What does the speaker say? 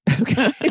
Okay